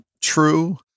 true